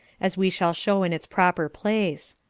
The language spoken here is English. as we shall show in its proper place.